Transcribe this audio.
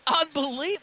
unbelievable